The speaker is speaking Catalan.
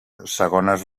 segones